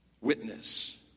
witness